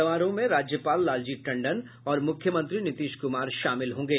समारोह में राज्यपाल लालजी टंडन और मुख्यमंत्री नीतीश कुमार शामिल होंगे